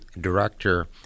director